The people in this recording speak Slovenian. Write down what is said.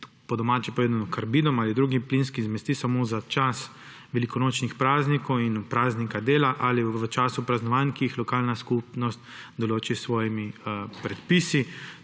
po domače povedano, s karbidom ali drugimi plinskimi zmesmi samo za čas velikonočnih praznikov, praznika dela ali v času praznovanj, ki jih lokalna skupnost določi s svojimi predpisi.